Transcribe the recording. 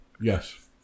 Yes